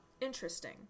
interesting